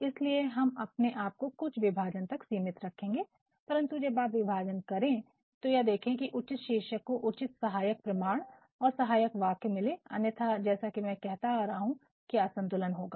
इसलिए हम अपने आप को कुछ विभाजन तक सीमित रखेंगे परंतु जब आप विभाजन करें तो यह देखें कि उचित शीर्षक को उचित सहायक प्रमाण और सहायक वाक्य मिले अन्यथा जैसा कि मैं कहता आ रहा हूं कि असंतुलन होगा